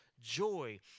joy